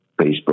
Facebook